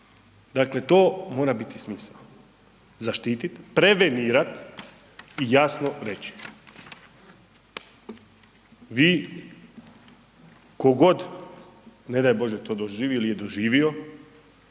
Dakle, to mora biti smisao, zaštiti, prevenirat i jasno reći. Vi tko god, ne daj Bože to doživi